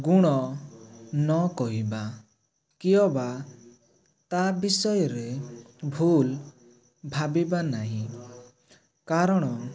ଗୁଣ ନକହିବା କି ଅବା ତା' ବିଷୟରେ ଭୁଲ ଭାବିବା ନାହିଁ କାରଣ